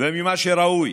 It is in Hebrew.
וממה שראוי.